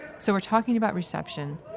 so we're talking about reception,